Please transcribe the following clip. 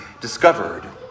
discovered